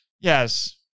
Yes